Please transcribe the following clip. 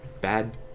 bad